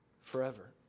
forever